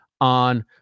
on